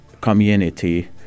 community